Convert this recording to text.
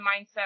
mindset